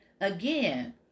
again